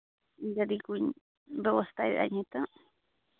ᱜᱟᱹᱰᱤ ᱠᱚᱧ ᱵᱮᱵᱚᱥᱛᱟᱭᱮᱫᱟ ᱱᱤᱛᱳᱜ